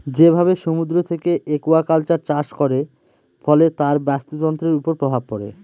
যেভাবে সমুদ্র থেকে একুয়াকালচার চাষ করে, ফলে তার বাস্তুতন্ত্রের উপর প্রভাব পড়ে